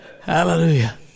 hallelujah